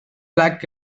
black